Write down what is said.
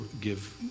give